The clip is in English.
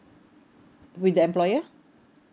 with the employer